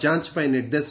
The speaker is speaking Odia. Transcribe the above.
ଯାଞ୍ ପାଇଁ ନିର୍ଦ୍ଦେଶ